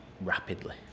rapidly